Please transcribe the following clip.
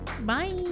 Bye